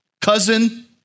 cousin